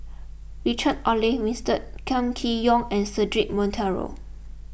Richard Olaf Winstedt Kam Kee Yong and Cedric Monteiro